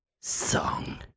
song